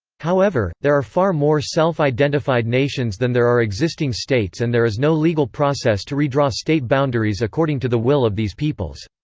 however, there are far more self-identified nations than there are existing states and there is no legal process to redraw state boundaries according to the will of these peoples.